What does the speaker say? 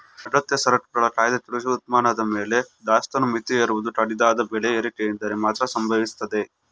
ಅಗತ್ಯ ಸರಕುಗಳ ಕಾಯ್ದೆ ಕೃಷಿ ಉತ್ಪನ್ನದ ಮೇಲೆ ದಾಸ್ತಾನು ಮಿತಿ ಹೇರುವುದು ಕಡಿದಾದ ಬೆಲೆ ಏರಿಕೆಯಿದ್ದರೆ ಮಾತ್ರ ಸಂಭವಿಸ್ತದೆ